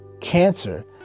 Cancer